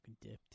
dipped